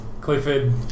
Clifford